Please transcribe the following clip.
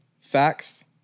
facts